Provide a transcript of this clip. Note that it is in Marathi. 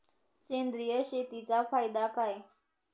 सेंद्रिय शेतीचा फायदा काय?